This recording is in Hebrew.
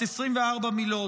בת 24, מלוד,